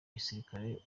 gisirikare